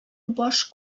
баш